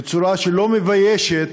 בצורה שלא מביישת